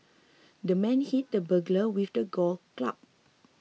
the man hit the burglar with a golf club